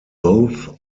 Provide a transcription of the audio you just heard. both